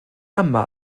yma